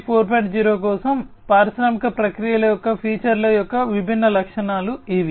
0 కోసం పారిశ్రామిక ప్రక్రియల యొక్క ఫీచర్ల యొక్క విభిన్న లక్షణాలు ఇవి